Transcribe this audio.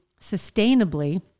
sustainably